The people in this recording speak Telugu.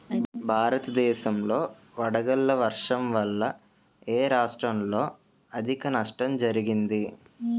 భారతదేశం లో వడగళ్ల వర్షం వల్ల ఎ రాష్ట్రంలో అధిక నష్టం జరిగింది?